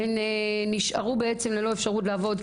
הן נשארו בעצם ללא אפשרות לעבוד,